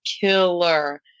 killer